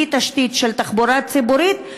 בלי תשתית של תחבורה ציבורית,